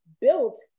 built